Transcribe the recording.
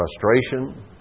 frustration